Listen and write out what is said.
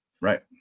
Right